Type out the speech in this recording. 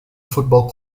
football